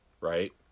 right